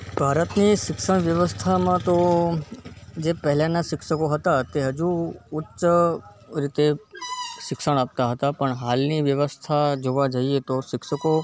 ભારતની શિક્ષણ વ્યવસ્થામાં તો જે પહેલાંના શિક્ષકો હતા તે હજુ ઉચ્ચ રીતે શિક્ષણ આપતા હતા પણ હાલની વ્યવસ્થા જોવા જઈએ તો શિક્ષકો